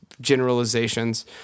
generalizations